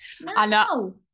No